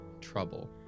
trouble